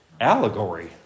Allegory